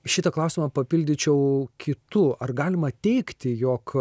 šitą klausimą papildyčiau kitu ar galima teigti jog